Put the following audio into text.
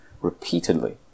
repeatedly